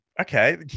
Okay